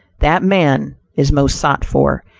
that man is most sought for,